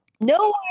no